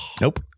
Nope